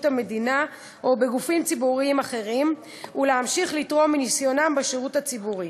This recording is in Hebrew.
המדינה או בגופים ציבוריים אחרים ולהמשיך לתרום מניסיונם בשירות הציבורי.